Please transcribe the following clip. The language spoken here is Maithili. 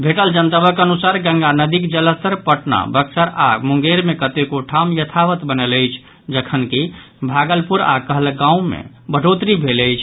भेटल जनतबक अनुसार गंगा नदीक जलस्तर पटना बक्सर आओर मुंगेर मे कतेको ठाम यथावत बनल अछि जखनकि भागलपुर आओर कहलगांव मे बढ़ोतरी भेल अछि